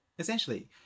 Essentially